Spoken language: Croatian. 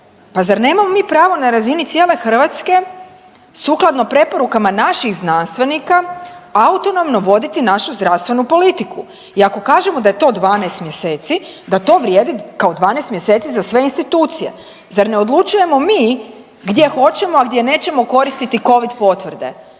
pa zar nemamo mi pravo na razini cijele Hrvatske sukladno preporukama naših znanstvenika autonomno voditi našu zdravstvenu politiku i ako kažemo da je to 12 mjeseci da to vrijedi kao 12 mjeseci za sve institucije. Zar ne odlučujemo mi gdje hoćemo, a gdje nećemo koristiti covid potvrde?